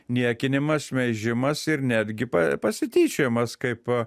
niekinimas šmeižimas ir netgi pa pasityčiojimas kaip